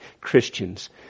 Christians